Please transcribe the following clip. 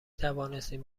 توانستیم